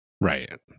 Right